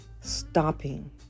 Stopping